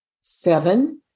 Seven